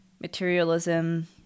materialism